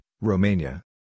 Romania